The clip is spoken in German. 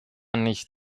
nicht